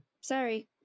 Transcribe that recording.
sorry